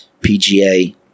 PGA